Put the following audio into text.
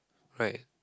right